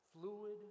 fluid